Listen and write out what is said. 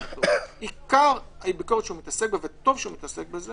עיקר הביקורת שמתעסק בה וטוב שמתעסק בזה